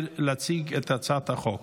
הנושא הבא על סדר-היום, הצעת חוק